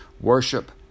worship